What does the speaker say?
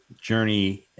journey